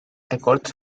records